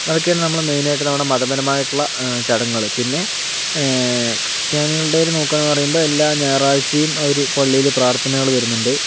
അതൊക്കെയാണ് നമ്മള് മെയിനായിട്ട് നമ്മുടെ മതപരമായിട്ടുള്ള ചടങ്ങുകള് പിന്നെ ക്രിസ്ത്യാനികളുടെ നോക്കാണെന്ന് പറയുമ്പോൾ എല്ലാ ഞായറാഴ്ചയും അവര് പള്ളിയിൽ പ്രാർത്ഥനകള് വരുന്നുണ്ട്